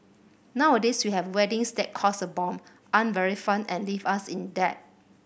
nowadays we have weddings that cost a bomb aren't very fun and leave us in debt